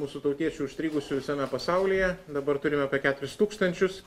mūsų tautiečių užstrigusių visame pasaulyje dabar turime apie keturis tūkstančius